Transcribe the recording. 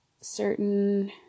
certain